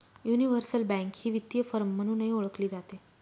universal bank ही वित्तीय firm म्हणूनही ओळखली जाते